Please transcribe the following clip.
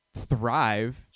thrive